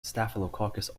staphylococcus